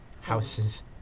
houses